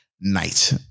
night